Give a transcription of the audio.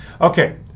Okay